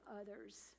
others